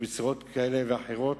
במשרות כאלה ואחרות,